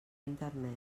internet